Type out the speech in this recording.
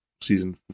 season